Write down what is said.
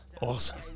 Awesome